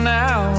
now